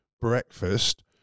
breakfast